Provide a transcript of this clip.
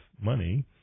money